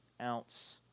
ounce